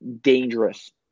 dangerous